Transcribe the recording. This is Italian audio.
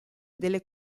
delle